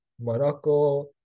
Morocco